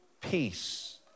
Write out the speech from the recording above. peace